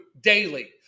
daily